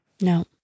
No